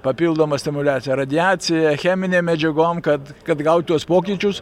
papildomą stimuliaciją radiaciją cheminė medžiagom kad kad gaut tuos pokyčius